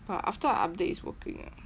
but after I update it's working ah